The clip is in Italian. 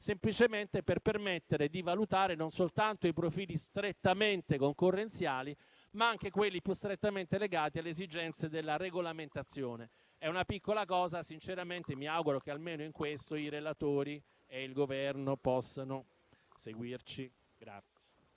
semplicemente per permettere di valutare non soltanto i profili strettamente concorrenziali, ma anche quelli più strettamente legati alle esigenze della regolamentazione. Si tratta di una piccola cosa e sinceramente mi auguro che almeno in questo i relatori e il Governo possano seguirci.